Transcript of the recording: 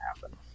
happen